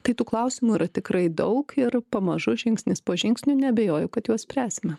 tai tų klausimų yra tikrai daug ir pamažu žingsnis po žingsnio neabejoju kad juos spręsime